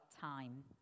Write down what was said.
time